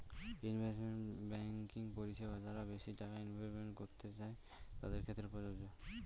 investment banking পরিষেবা যারা বেশি টাকা ইনভেস্ট করতে চাই তাদের ক্ষেত্রে প্রযোজ্য